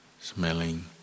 smelling